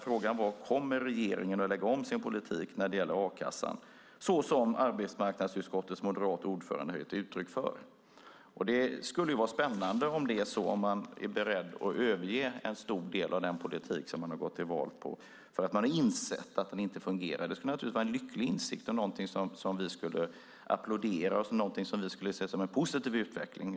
Frågan var: Kommer regeringen att lägga om sin politik när det gäller a-kassan så som arbetsmarknadsutskottets moderate ordförande har gett uttryck för? Det skulle vara spännande om man är beredd att överge en stor del av den politik som man har gått till val på, eftersom man har insett att den inte fungerar. Det skulle naturligtvis vara en lycklig insikt och något som vi skulle applådera och se som en positiv utveckling.